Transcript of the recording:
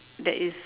that is